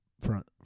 front